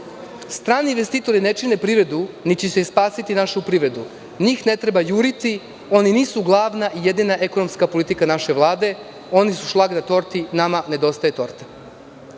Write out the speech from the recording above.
strani investitori ne čine privredu, niti će spasiti našu privredu. Njih ne treba juriti. Oni nisu glavna i jedina ekonomska politika naše Vlade. Oni su šlag na torti, a nama nedostaje torta. Da